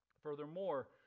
Furthermore